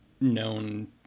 known